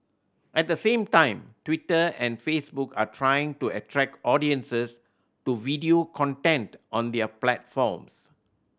at the same time Twitter and Facebook are trying to attract audiences to video content on their platforms